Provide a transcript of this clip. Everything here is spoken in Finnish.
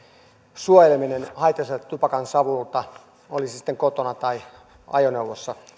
suojeleminen haitalliselta tupakansavulta oli se sitten kotona tai ajoneuvossa